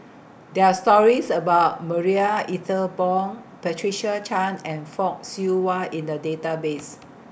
There Are stories about Marie Ethel Bong Patricia Chan and Fock Siew Wah in The Database